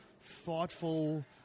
thoughtful